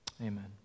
amen